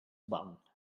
bun